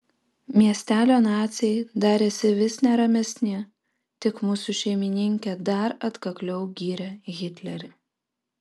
miestelio naciai darėsi vis neramesni tik mūsų šeimininkė dar atkakliau gyrė hitlerį